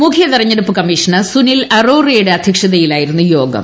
മുഖ്യ തെരഞ്ഞെടുപ്പ് കമ്മീഷണർ സുനിൽ അറോറയുടെ അധ്യക്ഷതയിലായിരുന്നു യോഗം